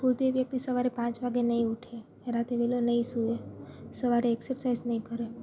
ખુદ એ વ્યક્તિ સવારે પાંચ વાગે નહીં ઉઠે એ રાતે વહેલો નહીં સુવે સવારે એક્સર્સાઇસ નહીં કરે